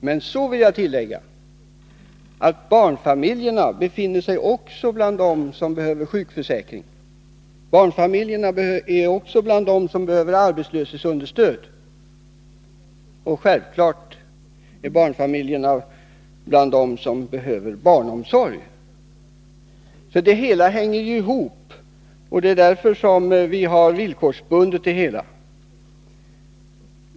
Men jag vill tillägga att barnfamiljerna också befinner sig bland dem som behöver sjukförsäkring, bland dem som behöver arbetslöshetsunderstöd och, självfallet, bland dem som behöver barnomsorg. Det hela hänger ihop med finansieringen. Det är därför som vi har villkorsbundit det hela.